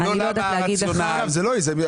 זאת לא היא.